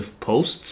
posts